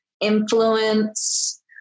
influence